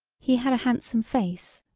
he had a handsome face,